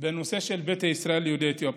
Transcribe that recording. בנושא של ביתא ישראל, יהודי אתיופיה.